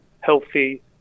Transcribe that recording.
healthy